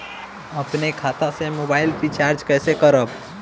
अपने खाता से मोबाइल रिचार्ज कैसे करब?